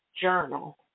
journal